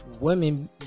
Women